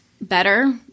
better